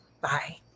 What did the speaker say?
Bye